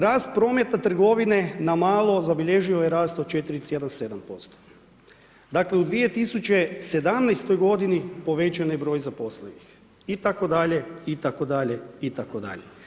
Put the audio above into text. Rast prometa trgovine na malo zabilježio je rast od 4,7%, dakle u 2017. godini povećan je broj zaposlenih itd. itd. itd.